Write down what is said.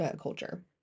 culture